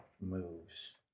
moves